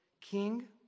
King